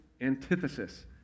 antithesis